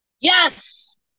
Yes